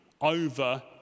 over